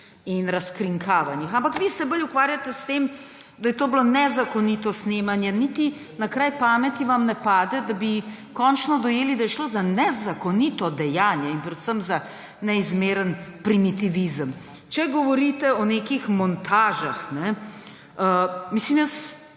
in razkrinkavanjih. Ampak vi se bolj ukvarjate s tem, da je to bilo nezakonito snemanje, niti na kraj pameti vam ne pade, da bi končno dojeli, da je šlo za nezakonito dejanje in predvsem za neizmeren primitivizem. Če govorite o nekih montažah. Mislim,